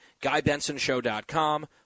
GuyBensonShow.com